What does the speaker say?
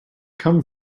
come